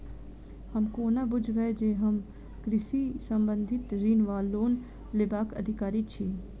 हम कोना बुझबै जे हम कृषि संबंधित ऋण वा लोन लेबाक अधिकारी छी?